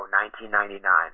1999